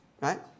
Right